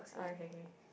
okay okay